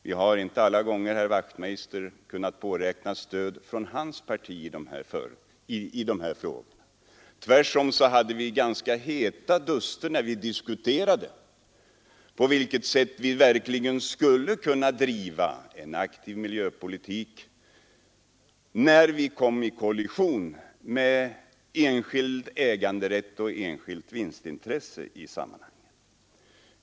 Vi har inte alla gånger kunnat påräkna stöd från herr Wachtmeisters parti i de här frågorna, utan vi hade ganska heta duster när vi diskuterade på vilket sätt vi egentligen skulle kunna driva en aktiv miljöpolitik, då den kom i kollision med enskild äganderätt och enskilt vinstintresse.